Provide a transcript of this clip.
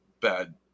bad